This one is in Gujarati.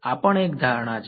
આ પણ એક ધારણા છે